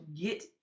get